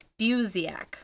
Buziak